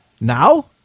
Now